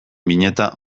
bineta